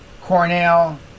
Cornell